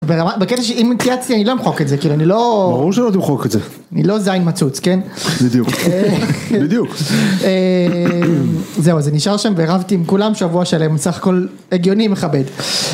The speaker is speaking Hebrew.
בקשר של אינטיאציה אני לא אמחוק את זה כאילו אני לא. ברור שאני לא אמחוק את זה. אני לא זין מצוץ כן. בדיוק. זהו אז זה נשאר שם והרבתי עם כולם שבוע שלהם סך הכל הגיוני מחבד.